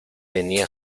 tenía